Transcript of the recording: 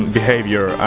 behavior